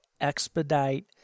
expedite